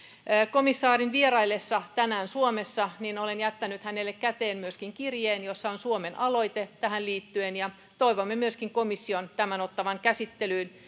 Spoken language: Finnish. komissaarin vieraillessa tänään suomessa olen myöskin jättänyt hänelle käteen kirjeen jossa on suomen aloite tähän liittyen ja toivomme myöskin komission ottavan tämän käsittelyyn